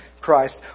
Christ